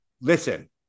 listen